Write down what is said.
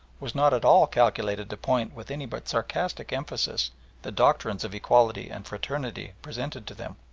was not at all calculated to point with any but sarcastic emphasis the doctrines of equality and fraternity presented to them.